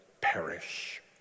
perish